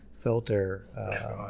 Filter